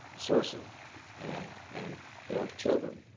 so cersei and their children.